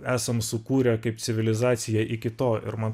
esam sukūrę kaip civilizacija iki to ir man